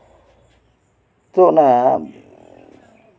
ᱛᱚ ᱚᱱᱟ